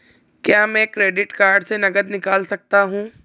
क्या मैं credit card से नकद निकाल सकता हूँ?